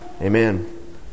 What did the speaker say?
Amen